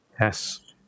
Yes